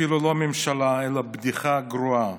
אפילו לא ממשלה אלא בדיחה גרועה,